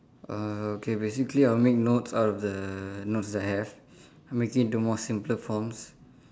uh okay basically I'll make notes out of the notes that I have I'll make into more simpler forms